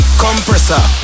compressor